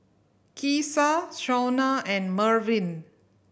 Keesha Shaunna and Mervin